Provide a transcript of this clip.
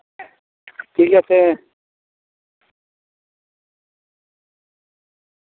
ᱴᱷᱤᱠ ᱟᱪᱷᱮ